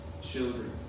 children